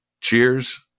Cheers